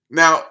now